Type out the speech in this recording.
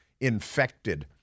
infected